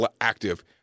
active